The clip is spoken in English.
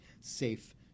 safe